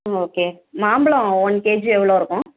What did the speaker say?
ம் ஓகே மாம்பழம் one KG எவ்வளோ இருக்கும்